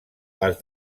els